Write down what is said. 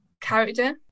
character